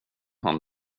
han